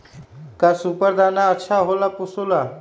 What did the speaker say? का सुपर दाना अच्छा हो ला पशु ला?